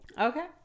Okay